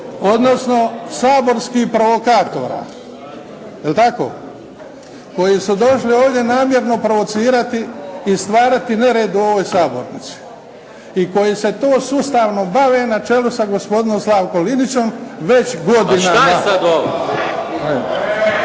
Odnosno saborskih provokatora, jel tako, koji su došli ovdje namjerno provocirati i stvarati nered u ovoj sabornici i koji se to sustavno bave na čelu sa gospodinom Slavkom Linićem već godinama.